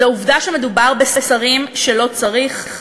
זו עובדה שמדובר בשרים שלא צריך,